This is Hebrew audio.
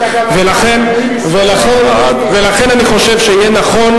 ולכן אני חושב שיהיה נכון,